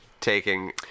Taking